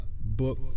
book